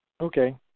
Okay